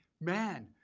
man